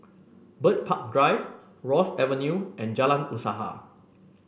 Bird Park Drive Ross Avenue and Jalan Usaha